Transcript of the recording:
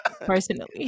personally